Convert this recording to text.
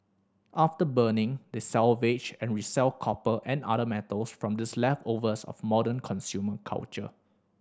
after burning they salvage and resell copper and other metals from these leftovers of modern consumer culture